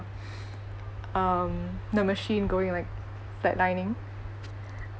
um the machine going like flat lining